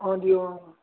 ਹਾਂਜੀ ਹਾਂ